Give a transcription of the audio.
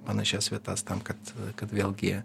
panašias vietas tam kad kad vėlgi